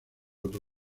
otro